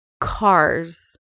cars